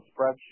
spreadsheet